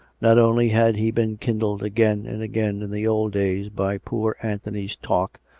not only had he been kindled again and again in the old days by poor anthony's talk,